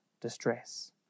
distress